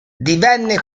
divenne